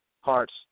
Hearts